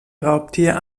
raubtier